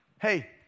hey